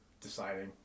deciding